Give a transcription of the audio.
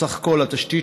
בסך הכול התשתית